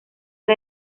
del